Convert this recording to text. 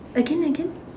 again again